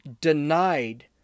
denied